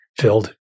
filled